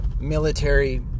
military